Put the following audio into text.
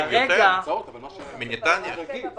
לא,